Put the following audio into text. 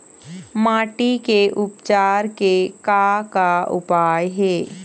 माटी के उपचार के का का उपाय हे?